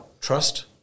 trust